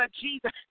Jesus